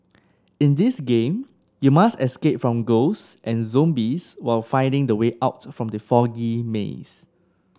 in this game you must escape from ghosts and zombies while finding the way out from the foggy maze